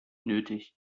nötig